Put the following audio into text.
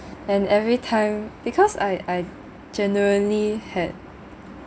and every time because I I generally had